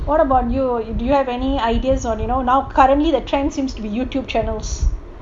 what about you do you have any ideas because currently the trend seems to be youtube channels